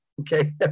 Okay